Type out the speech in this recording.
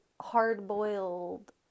hard-boiled